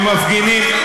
שמפגינים,